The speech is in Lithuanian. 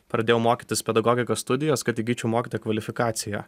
pradėjau mokytis pedagogikos studijos kad įgyčiau mokytojo kvalifikaciją